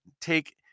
take